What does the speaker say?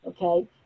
okay